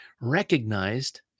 recognized